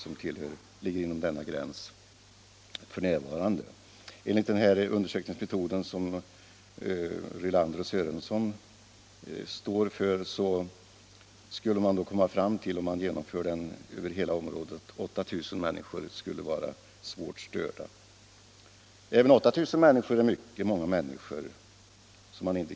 Med den undersökningsmetod som använts av Rylander och Sörensson kommer man fram till att 8 000 människor är svårt störda. Men även 8000 människor är många.